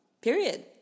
Period